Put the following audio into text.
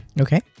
okay